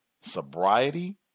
sobriety